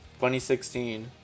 2016